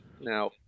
now